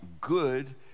good